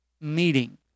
meeting